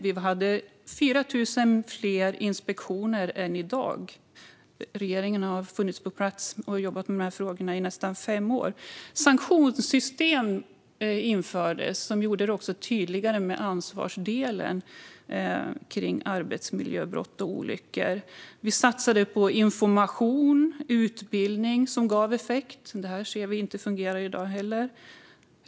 Vi hade 4 000 fler inspektioner än i dag. Regeringen har funnits på plats och jobbat med dessa frågor i nästan fem år. Sanktionssystem infördes som gjorde det tydligare med ansvarsdelen kring arbetsmiljöbrott och olyckor. Vi satsade på information och utbildning, som gav effekt. Detta ser vi inte fungerar i dag.